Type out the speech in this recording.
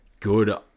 Good